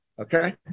Okay